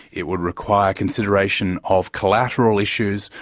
it would require consideration of collateral issues,